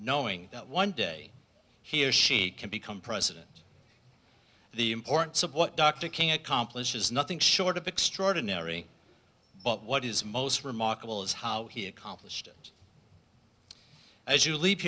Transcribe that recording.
knowing that one day he or she can become president the importance of what dr king accomplishes nothing short of extraordinary but what is most remarkable is how he accomplished it as you leave